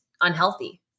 unhealthy